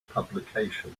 publication